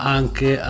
anche